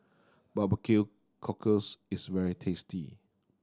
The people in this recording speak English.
barbecue cockles is very tasty